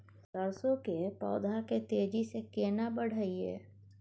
सरसो के पौधा के तेजी से केना बढईये?